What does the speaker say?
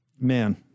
man